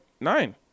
nine